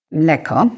mleko